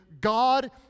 God